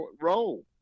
role